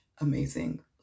amazing